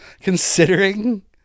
considering